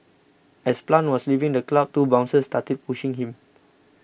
as Plant was leaving the club two bouncers started pushing him